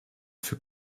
für